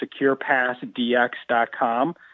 securepassdx.com